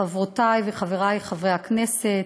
חברותי וחברי חברי הכנסת,